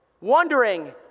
wondering